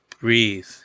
breathe